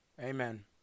Amen